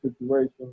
situation